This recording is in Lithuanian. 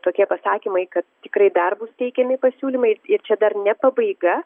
tokie pasakymai kad tikrai dar bus teikiami pasiūlymai ir čia dar ne pabaiga